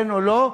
כן או לא.